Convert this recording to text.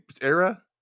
era